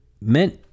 meant